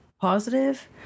positive